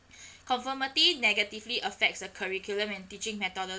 conformity negatively affects a curriculum and teaching methodo~